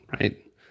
right